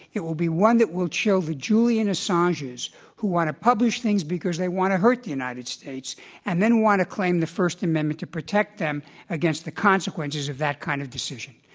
it will be one that will chill the julian assanges who want to publish things because they want to hurt the united states and then want to claim the first amendment to protect them against the consequences of that kind of decision.